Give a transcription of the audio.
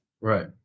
Right